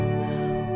now